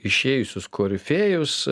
išėjusius korifėjus